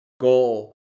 goal